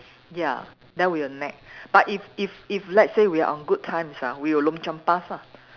ya then we will nag but if if if let's say we are on good times ah we will lom-chiam-pas lah